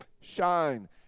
shine